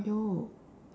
!aiyo!